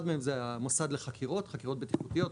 אחד מהם זה המוסד לחקירות בטיחותיות,